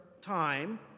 time